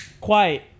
quiet